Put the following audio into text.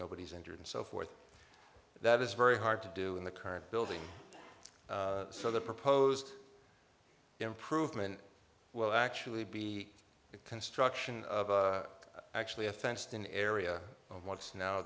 nobody's injured and so forth that is very hard to do in the current building so the proposed improvement will actually be the construction of actually a fenced in area of what's now